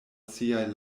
siaj